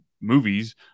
movies